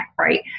right